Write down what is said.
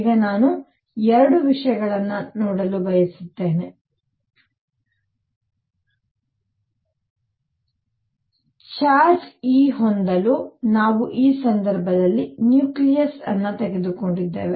ಈಗ ನಾನು 2 ವಿಷಯಗಳನ್ನು ನೋಡಲು ಬಯಸುತ್ತೇನೆ 1 ಚಾರ್ಜ್ E ಹೊಂದಲು ನಾವು ಈ ಸಂದರ್ಭದಲ್ಲಿ ನ್ಯೂಕ್ಲಿಯಸ್ ತೆಗೆದುಕೊಂಡಿದ್ದೇವೆ